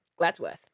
Gladsworth